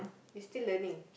you still learning